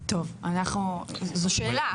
זו שאלה.